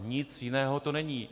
Nic jiného to není.